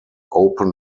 open